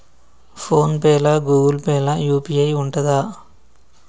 Phone pay లా Google pay లా UPI ఉంటదా?